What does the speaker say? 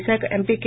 Visakha MP K